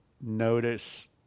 notice